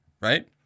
Right